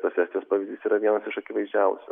tas estijos pavyzdys yra vienas iš akivaizdžiausių